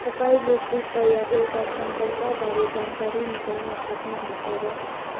तपाईँले कृपया एउटा सम्पर्कबारे जानकारी निकाल्न सक्नुहुन्छ र